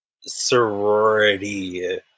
sorority